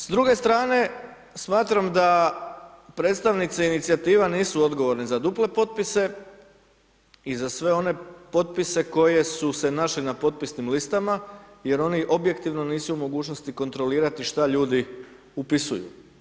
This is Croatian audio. S druge strane, smatram da predstavnici inicijativa nisu odgovorni za duple potpise i za sve one potpise koje su se našli na potpisnim listama, jer oni objektivno nisu u mogućnosti kontrolirati šta ljudi upisuju.